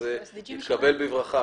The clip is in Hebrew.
אז זה יתקבל בברכה,